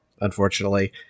unfortunately